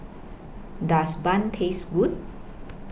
Does Bun Taste Good